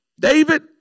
David